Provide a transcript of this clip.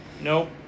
Nope